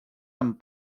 amb